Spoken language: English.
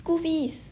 school fees